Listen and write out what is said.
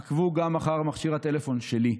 עקבו גם אחרי מכשיר הטלפון שלי.